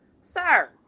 sir